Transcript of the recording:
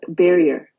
barrier